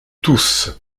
tous